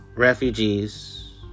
Refugees